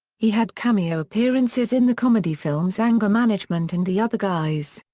he had cameo appearances in the comedy films anger management and the other guys.